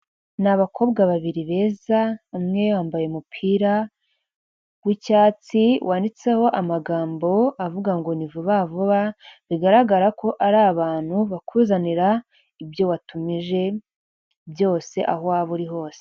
Ni abakobwa babiri beza umwe yambaye umupira w'icyatsi wanditseho amagambo avuga ngo ni vuba vuba bigaragara ko ari abantu bakuzanira ibyo watumije byose aho waba uri hose.